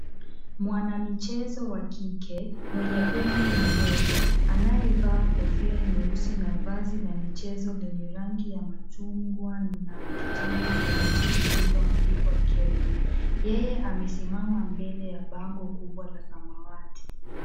Mwanamichezo wa kike mwenye umri mdogo anayevaa kofia nyeusi na vazi la michezo lenye rangi ya machungwa na kijani kibichi lililoandikwa Kenya. Yeye amesimama mbele ya bango kubwa la samawati.